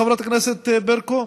חברת הכנסת ברקו?